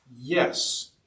Yes